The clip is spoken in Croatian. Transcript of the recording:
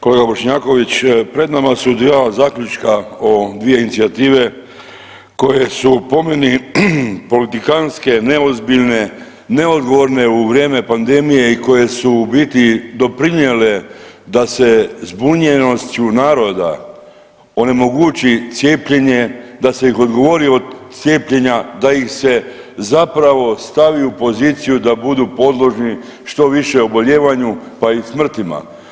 Kolega Bošnjaković pred nama su dva zaključka o dvije inicijative koje su po meni politikantske, neozbiljne, neodgovorne u vrijeme pandemije i koje su u biti doprinijele da se zbunjenošću naroda onemogući cijepljenje, da ih se odgovori od cijepljenja, da ih se zapravo stavi u poziciju da budu podložni što više obolijevanju, pa i smrtima.